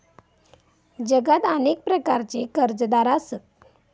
जगात अनेक प्रकारचे कर्जदार आसत